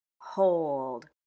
hold